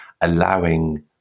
allowing